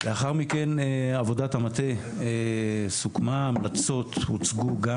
לאחר מכן, עבודת המטה סוכמה, המלצות הוצגו גם